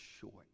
short